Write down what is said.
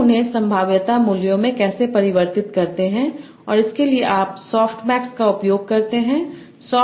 हम उन्हें संभाव्यता मूल्यों में कैसे परिवर्तित करते हैं और इसके लिए आप सॉफ्टमैक्स का उपयोग करते हैं